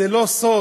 זה לא סוד,